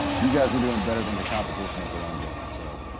you guys were doing better than your competition at their own game, so.